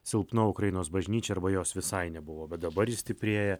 silpna ukrainos bažnyčia arba jos visai nebuvo bet dabar ji stiprėja